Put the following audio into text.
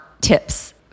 tips